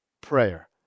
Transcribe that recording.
prayer